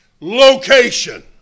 location